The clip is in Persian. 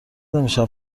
نمیشن